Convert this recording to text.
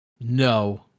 No